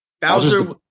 bowser